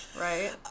right